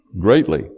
greatly